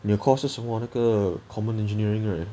你的 course 是什么那个 common engineering right